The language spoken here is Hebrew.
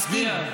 מצביע?